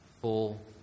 Full